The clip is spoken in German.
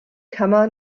kammer